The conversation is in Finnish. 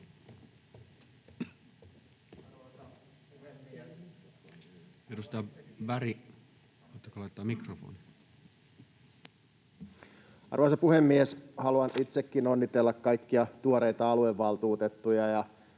Arvoisa puhemies! Haluan itsekin onnitella kaikkia tuoreita aluevaltuutettuja,